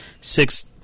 six